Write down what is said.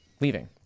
leaving